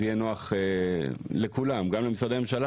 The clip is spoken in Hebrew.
זה יהיה נוח לכולם למשרדי הממשלה